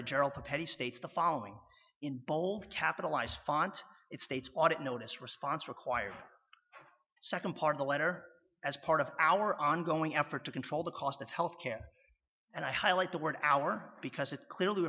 petit states the following in bold capitalized font it states audit notice response required second part of a letter as part of our ongoing effort to control the cost of health care and i highlight the word our because it clearly